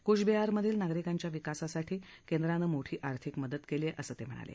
कुच बिहारमधील नागरिकांच्या विकासासाठी केंद्रानं मोठी आर्थिक मदत कली आहखेसंही तम्हिणाल